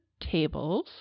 tables